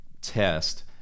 test